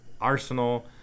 Arsenal